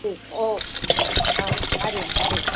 ठीकु ओ हा हरि ओम हरि ओम